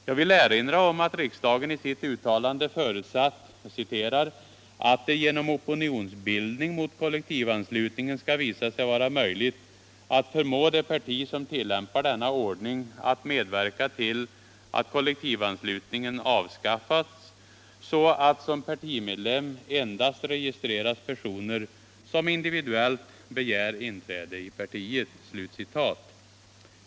Jag vill erinra om att riksdagen i sitt uttalande förutsatt ”att det genom opinionsbildning mot kollektivanslutningen skall visa sig vara möjligt att förmå det parti som tillämpar denna ordning att medverka till att kollektivanslutningen avskaffas, så att som partimedlem endast registreras personer, som individuellt begär inträde i partiet”.